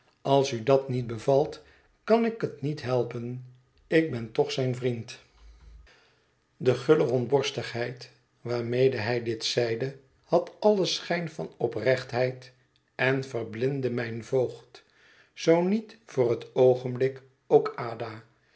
als u dat niet bevalt kan ik het niet helpen ik ben toch zijn vriend de gulle rondborstigheid waarmede hij dit zeide had allen schijn van oprechtheid en verblindde mijn voogd zoo niet voor het oogenblik ook ada